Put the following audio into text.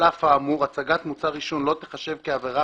על אף האמור הצגת מוצר עישון לא תיחשב כעבירה